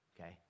Okay